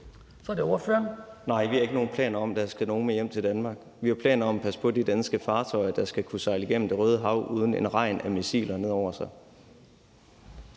Simon Kollerup (S): Nej, vi har ikke nogen planer om, at der skal nogen med hjem til Danmark. Vi har planer om at passe på de danske fartøjer, der skal kunne sejle igennem Det Røde Hav uden at få enregn af missiler ned over sig.